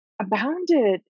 abounded